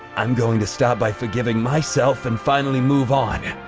i'm going to start by forgiving myself and finally move on.